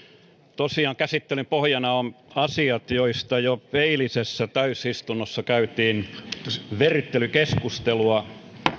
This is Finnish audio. tosiaan käsittelyn pohjana ovat asiat joista jo eilisessä täysistunnossa käytiin verryttelykeskustelua